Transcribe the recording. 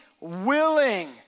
willing